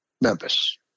Memphis